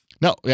No